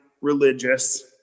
religious